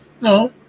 No